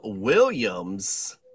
Williams